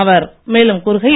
அவர் மேலும் கூறுகையில்